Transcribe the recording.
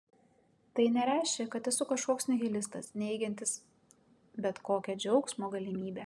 tai nereiškia kad esu kažkoks nihilistas neigiantis bet kokią džiaugsmo galimybę